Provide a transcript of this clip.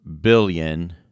billion